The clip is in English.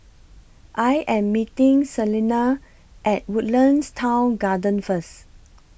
I Am meeting Celena At Woodlands Town Garden First